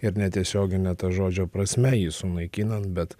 ir ne tiesiogine ta žodžio prasme jį sunaikinant bet